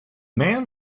man